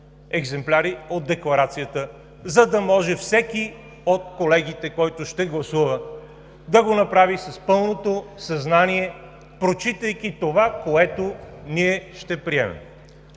екземпляри от Декларацията, за да може всеки от колегите, който ще гласува, да го направи с пълното съзнание, прочитайки това, което ние ще приемем.